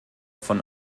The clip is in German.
von